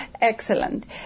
Excellent